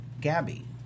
Gabby